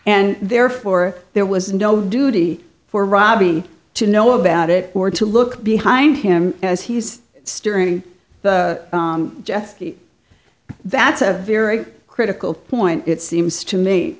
and therefore there was no duty for robbie to know about it or to look behind him as he's steering jeffie that's a very critical point it seems to me